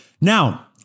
Now